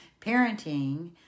parenting